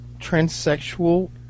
transsexual